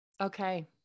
Okay